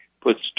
puts